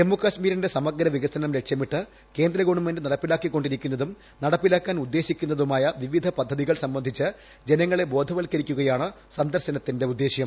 ജമ്മുകശ്മീരിന്റെ സമഗ്രവികസനം ലക്ഷ്യമിട്ട് കേന്ദ്രഗവണ്മെന്റ് നടപ്പിലാക്കികൊണ്ടിരിക്കുന്നതും നടപ്പിലാക്കാൻ ഉദ്ദേശിക്കുന്നതുമായ വിവിധ പദ്ധതികൾ സംബന്ധിച്ച് ജനങ്ങളെ ബോധവൽക്കരിക്കുകയാണ് സന്ദർശനത്തിന്റെ ഉദ്ദേശം